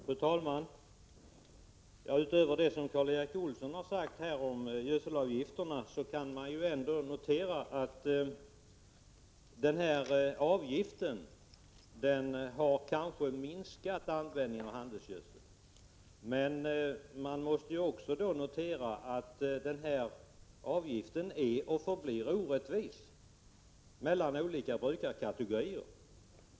Fru talman! Utöver det som Karl Erik Olsson här har sagt om handelsgödselavgiften kan man notera att avgiften visserligen har minskat användningen av handelsgödsel, men att den är och förblir orättvis när det gäller olika - brukarkategorier.